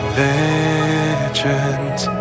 legends